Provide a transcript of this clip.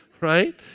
right